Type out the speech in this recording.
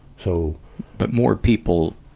so but more people,